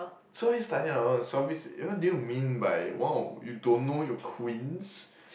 so it's like that hor so i~ what did you mean by !wow! you don't know you're Queens